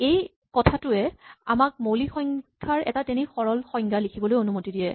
এই কথাটোৱে আমাক মৌলিক সংখ্যাৰ এটা তেনেই সৰল সংজ্ঞা লিখিবলৈ অনুমতি দিয়ে